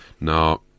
Now